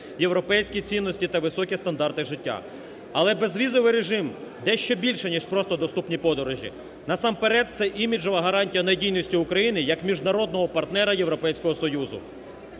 європейські цінності та високі стандарти життя. Але безвізовий режим дещо більше ніж просто доступні подорожі, насамперед, це іміджева гарантія надійності України, як міжнародного партнера Європейського Союзу.